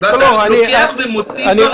אתה לוקח ומוציא דברים בלי שום אישור אפידמיולוגי.